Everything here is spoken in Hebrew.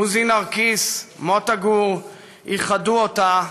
עוזי נרקיס ומוטה גור איחדו אותה,